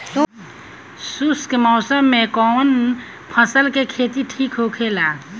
शुष्क मौसम में कउन फसल के खेती ठीक होखेला?